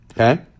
Okay